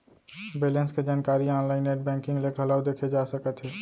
balance के जानकारी online net banking ले घलौ देखे जा सकत हे